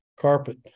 carpet